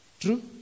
True